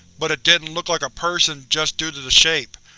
but didn't look like a person just due to the shape.